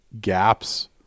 gaps